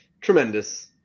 Tremendous